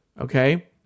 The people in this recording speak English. Okay